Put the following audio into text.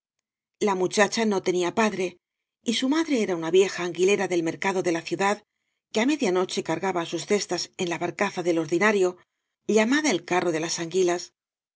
la muchacha no tenía padre y su madre era una vieja anguilera del mercado de la ciudad que á media noche cargaba sus cestas en la barcaza del ordinario llamada el carro de las anguilas